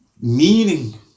Meaning